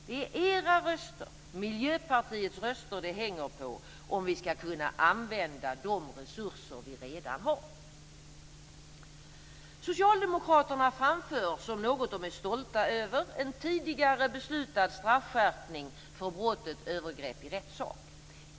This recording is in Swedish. Det är era röster, Miljöpartiets röster, det hänger på om vi skall kunna använda de resurser vi redan har. Socialdemokraterna framför som något de är stolta över en tidigare beslutad straffskärpning för brottet övergrepp i rättssak.